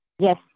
Yes